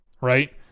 right